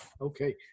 Okay